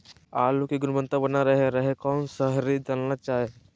आलू की गुनबता बना रहे रहे कौन सा शहरी दलना चाये?